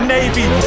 Navy